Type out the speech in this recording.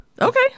Okay